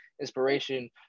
inspiration